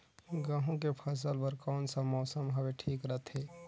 गहूं के फसल बर कौन सा मौसम हवे ठीक रथे?